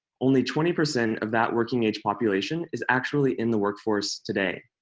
only twenty percent of that working-age population is actually in the workforce today.